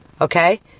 Okay